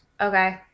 okay